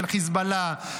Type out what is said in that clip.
של חיזבאללה,